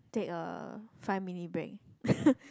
take a five minute break